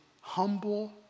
humble